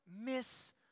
miss